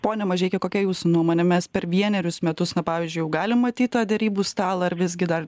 pone mažeiki kokia jūsų nuomonė mes per vienerius metus na pavyzdžiui jau galim matyt tą derybų stalą ar visgi dar